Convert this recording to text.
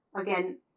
again